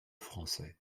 français